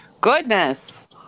goodness